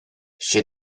she